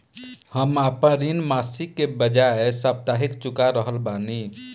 हम आपन ऋण मासिक के बजाय साप्ताहिक चुका रहल बानी